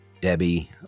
Debbie